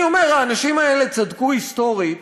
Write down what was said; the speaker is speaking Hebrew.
אני אומר, האנשים האלה צדקו היסטורית.